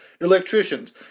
electricians